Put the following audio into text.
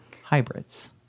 hybrids